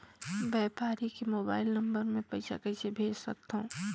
व्यापारी के mobile number मे पईसा कइसे भेज सकथव?